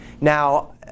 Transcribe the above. Now